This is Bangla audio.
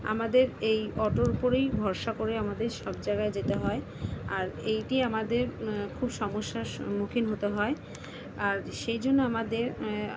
আমাদের এই অটোর উপরেই ভরসা করে আমাদের সব জাগায় যেতে হয় আর এইটি আমাদের খুব সমস্যার সম্মুখীন হতে হয় আর সেই জন্য আমাদের